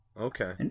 Okay